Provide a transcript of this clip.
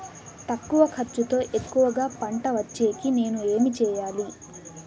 తక్కువ ఖర్చుతో ఎక్కువగా పంట వచ్చేకి నేను ఏమి చేయాలి?